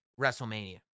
WrestleMania